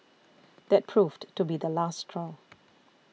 that proved to be the last straw